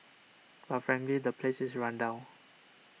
but frankly the places is run down